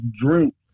drink